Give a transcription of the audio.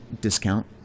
discount